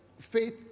faith